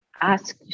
ask